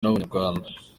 n’abanyarwanda